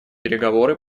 переговоры